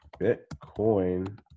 Bitcoin